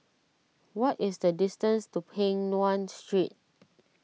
what is the distance to Peng Nguan Street